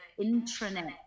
intranet